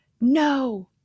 no